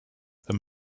wenn